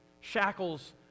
shackles